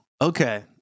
Okay